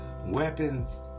weapons